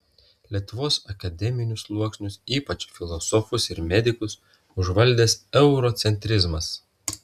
lietuvos akademinius sluoksnius ypač filosofus ir medikus užvaldęs eurocentrizmas